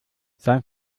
sein